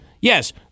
yes